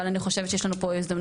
אבל אני חושבת שיש לנו פה הזדמנות.